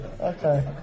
Okay